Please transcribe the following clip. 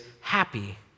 happy